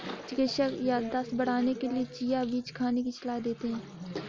चिकित्सक याददाश्त बढ़ाने के लिए चिया बीज खाने की सलाह देते हैं